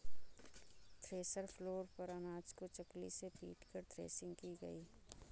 thresher floor पर अनाज को चकली से पीटकर थ्रेसिंग की गई